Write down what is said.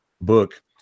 Book